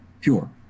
Pure